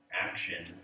action